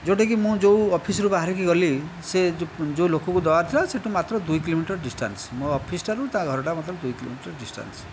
ଯେଉଁଟାକି ମୁଁ ଯେଉଁ ଅଫିସ୍ରୁ ବାହାରିକି ଗଲି ସେ ଯେଉଁ ଯେଉଁ ଲୋକକୁ ଦେବାର ଥିଲା ସେଠୁ ମାତ୍ର ଦୁଇ କିଲୋମିଟର ଡିଷ୍ଟାନ୍ସ ମୋ' ଅଫିସ୍ ଠାରୁ ତା' ଘରଟା ମାତ୍ର ଦୁଇ କିଲୋମିଟର ଡିଷ୍ଟାନ୍ସ